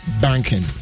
banking